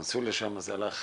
בקונסוליה שם זה הלך